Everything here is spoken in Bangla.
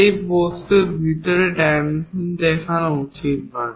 সেই বস্তুর ভিতরের ডাইমেনশন দেখানো উচিত নয়